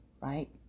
right